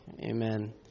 amen